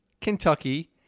Kentucky